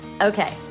Okay